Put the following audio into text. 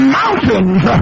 mountains